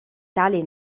tale